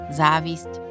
závisť